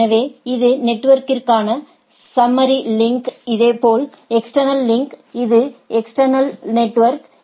எனவேஇது நெட்வொர்க்கிற்க்கான summary link இதேபோல் எக்ஸ்டேர்னல் லிங்க் இது எஸ்ட்டேர்னல் நெட்வொர்க்கிற்க்கானது